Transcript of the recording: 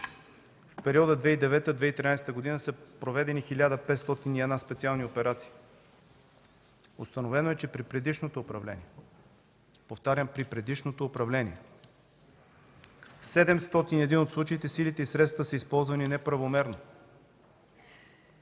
В периода 2009-2013 г. са проведени 1501 специални операции. Установено е, че при предишното управление, повтарям – при предишното управление, в 701 от случаите силите и средствата са използвани неправомерно,